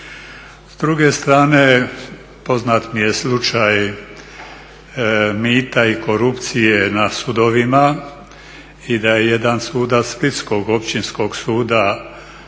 S druge strane poznat mi je slučaj mita i korupcije na sudovima i da je jedan sudac Splitskog općinskog suda